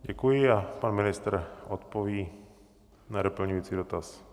Děkuji a pan ministr odpoví na doplňující dotaz.